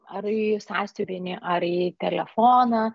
ar į sąsiuvinį ar į telefoną